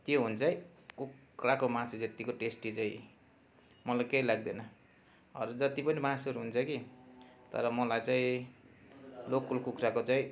के हुन्छ है कुखुराको मासु जतिको चाहिँ टेस्टी मलाई केही लाग्दैन अरू जति पनि मासुहरू हुन्छ कि तर मलाई चाहिँ लोकल कुखुराको चाहिँ